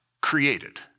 created